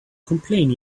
complain